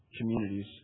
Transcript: communities